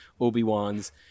Obi-Wans